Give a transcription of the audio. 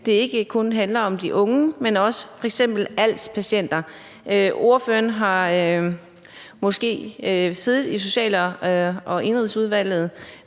kun handler om de unge, men også f.eks. om ALS-patienter. Ordføreren har måske siddet i Social- og Indenrigsudvalget,